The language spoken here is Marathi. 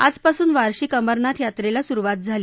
आजपासून वार्षिक अमरनाथ यात्रसी सुरुवात झाली